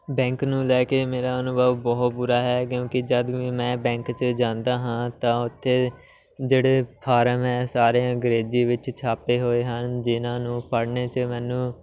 bank ਨੂੰ ਲੈ ਕੇ ਮੇਰਾ ਅਨੁਭਵ ਬਹੁਤ ਬੁਰਾ ਹੈ ਕਿਉਂਕਿ ਜਦ ਵੀ ਮੈਂ ਬੈਂਕ 'ਚ ਜਾਂਦਾ ਹਾਂ ਤਾਂ ਉੱਥੇ ਜਿਹੜੇ ਫਾਰਮ ਹੈ ਸਾਰੇ ਅੰਗਰੇਜ਼ੀ ਵਿੱਚ ਛਾਪੇ ਹੋਏ ਹਨ ਜਿਨ੍ਹਾਂ ਨੂੰ ਪੜ੍ਹਨ 'ਚ ਮੈਨੂੰ